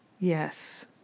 yes